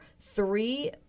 three